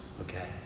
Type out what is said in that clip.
okay